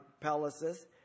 palaces